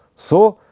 so,